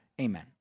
Amen